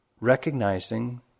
recognizing